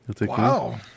Wow